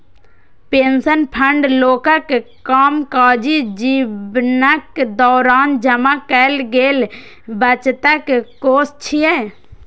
pension fund लोकक कामकाजी जीवनक दौरान जमा कैल गेल बचतक कोष छियै